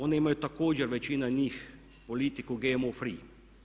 One imaju također, većina njih politiku GMO free.